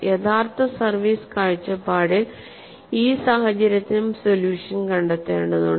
യഥാർത്ഥ സർവീസ് കാഴ്ചപ്പാടിൽ ഈ സാഹചര്യത്തിനും സൊല്യൂഷൻ കണ്ടെത്തേണ്ടതുണ്ട്